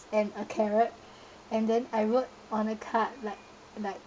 and a carrot and then I wrote on a card like like